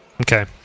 Okay